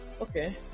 okay